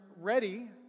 ready